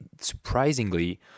surprisingly